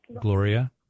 Gloria